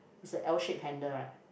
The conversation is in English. is a L shape handle right